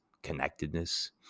connectedness